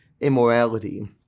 immorality